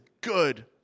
good